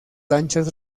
lanchas